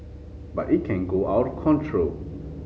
but it can go out of control